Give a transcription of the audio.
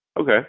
Okay